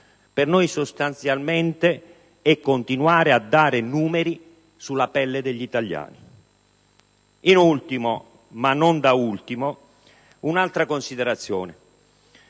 Per noi, sostanzialmente, è continuare a dare numeri sulla pelle degli italiani. In ultimo, ma non da ultimo, un'altra considerazione: